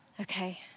Okay